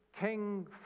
king